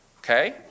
Okay